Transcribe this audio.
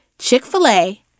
Chick-fil-A